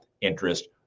interest